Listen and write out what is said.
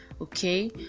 Okay